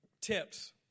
tips